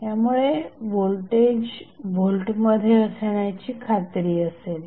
यामुळे व्होल्टेज व्होल्टमध्ये असण्याची खात्री असेल